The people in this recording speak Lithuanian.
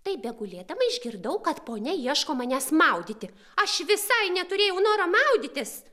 taip begulėdama išgirdau kad ponia ieško manęs maudyti aš visai neturėjau noro maudytis